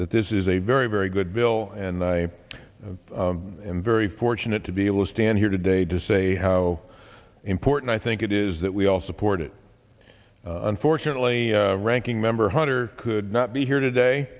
that this is a very very good bill and i am very fortunate to be able to stand here today to say how important i think it is that we all support it unfortunately ranking member hunter could not be here today